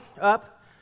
up